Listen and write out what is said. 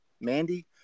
Mandy